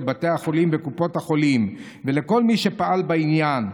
לבתי החולים וקופות החולים ולכל מי שפעל בעניין.